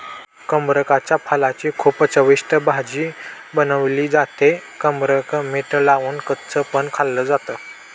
कमरकाच्या फळाची खूप चविष्ट भाजी बनवली जाते, कमरक मीठ लावून कच्च पण खाल्ल जात